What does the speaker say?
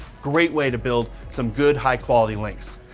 great way to build some good, high quality links.